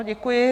Děkuji.